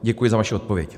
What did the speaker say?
Děkuji za vaši odpověď.